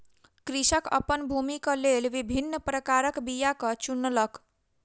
कृषक अपन भूमिक लेल विभिन्न प्रकारक बीयाक चुनलक